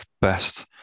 best